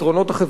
החוקיים,